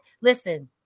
Listen